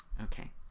Okay